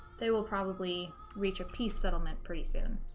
they will probably reach a peace settlement pretty soon